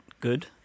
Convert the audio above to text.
good